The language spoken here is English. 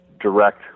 direct